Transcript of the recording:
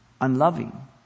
unloving